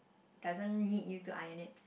doesn't need you to iron it